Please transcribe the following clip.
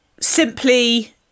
Simply